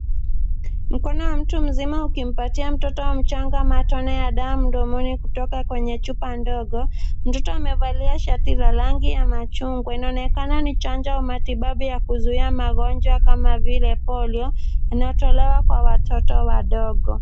Mkono wa mtu mzima ukimpatia mtoto mchanga matone ya dawa mdomoni kutoka kwenye chupa ndogo. Mtoto amevalia shati la rangi ya machungwa. Inaonekana ni chanjo au matibabu ya kuzuia magonjwa kama vile Polio. Inatolewa kwa watoto wadogo.